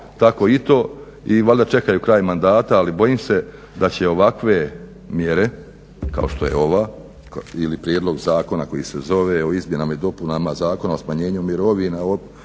tako i to i valjda čekaju kraj mandata ali bojim se da će ovakve mjere kao što je ova ili prijedlog zakona koji se zove o izmjenama i dopunama Zakona o smanjenju mirovina